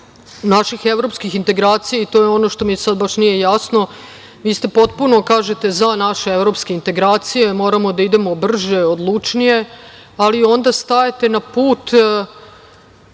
naših evropskih integracija, i to je ono što mi baš sad nije jasno, vi ste potpuno, kažete, za naše evropske integracije, moramo da idemo brže, odlučnije, ali onda stajete na put